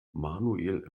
manuel